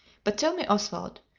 but tell me, oswald,